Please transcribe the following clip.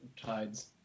tides